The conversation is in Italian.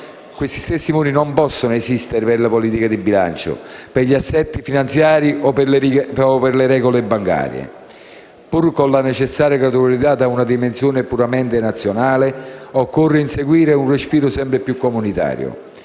questi stessi muri non possono esistere per le politiche di bilancio, per gli assetti finanziari o per le regole bancarie. Pur con la necessaria gradualità, da una dimensione puramente nazionale, occorre inseguire un respiro sempre più comunitario.